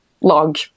log